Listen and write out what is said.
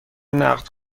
نقد